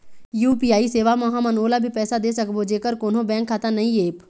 UPI सेवा म हमन ओला भी पैसा दे सकबो जेकर कोन्हो बैंक खाता नई ऐप?